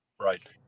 right